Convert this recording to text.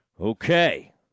Okay